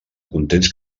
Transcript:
contents